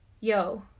yo